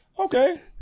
Okay